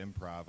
improv